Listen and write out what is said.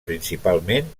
principalment